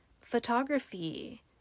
photography